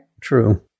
True